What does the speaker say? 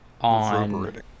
on